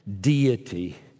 deity